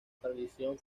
tradición